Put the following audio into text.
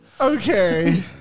Okay